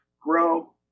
grow